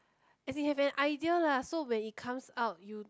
as in have an idea lah so when it comes out you